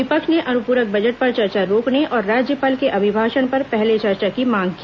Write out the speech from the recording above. विपक्ष ने अनुप्रक बजट पर चर्चा रोकने और राज्यपाल के अभिभाषण पर पहले चर्चा की मांग की